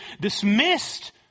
dismissed